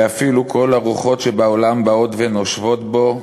אפילו כל הרוחות שבעולם באות ונושבות בו,